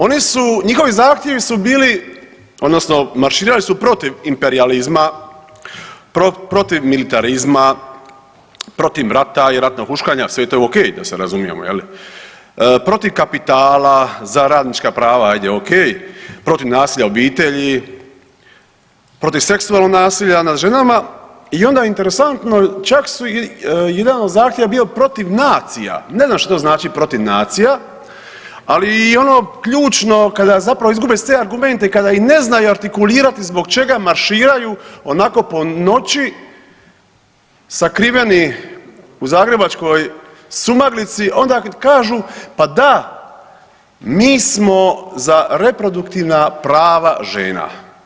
Oni, njihovi zahtjevi su bili, odnosno marširali su protiv imperijalizma, protiv militarizma, protiv rata i ratnog huškanja, sve je to okej, da se razumijemo, je li, protiv kapitala, za radnička prava, ajde, okej, protiv nasilja u obitelji, protiv seksualnog nasilja nad ženama i onda interesantno, čak su i jedan od zahtjeva je bio protiv nacija, ne znam što znači protiv nacija, ali i ono ključno kada zapravo izgube sve argumente i kada ne znaju artikulirati zbog čega marširaju, onako po noći sakriveni u zagrebačkoj sumaglici, onda kažu pa da, mi smo za reproduktivna prava žena.